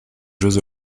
jeux